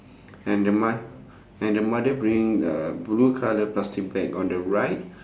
and the mo~ and the mother bringing uh blue colour plastic bag on the right